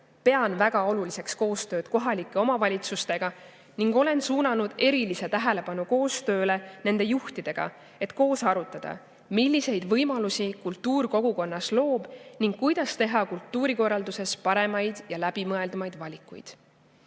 Pean väga oluliseks koostööd kohalike omavalitsustega ning olen suunanud erilise tähelepanu koostööle nende juhtidega, et koos arutada, milliseid võimalusi kultuur kogukonnas loob ning kuidas teha kultuurikorralduses paremaid ja läbimõeldumaid valikuid.